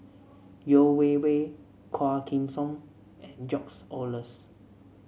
Yeo Wei Wei Quah Kim Song and George Oehlers